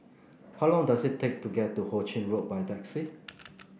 how long does it take to get to Ho Ching Road by taxi